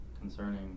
concerning